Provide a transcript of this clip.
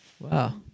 wow